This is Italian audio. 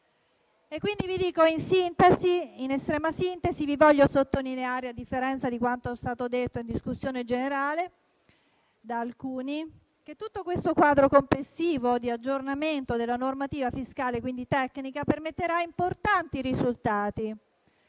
l'Accordo in esame. In estrema sintesi, voglio sottolineare - a differenza di quanto è stato detto in discussione generale da alcuni - che questo quadro complessivo di aggiornamento della normativa fiscale permetterà importanti risultati.